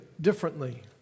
differently